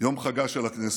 יום חגה של הכנסת.